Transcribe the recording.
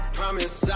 promise